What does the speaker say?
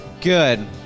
good